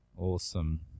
Awesome